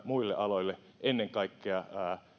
muille aloille ennen kaikkea